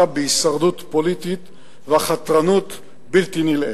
בהישרדות פוליטית וחתרנות בלתי נלאית.